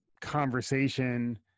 conversation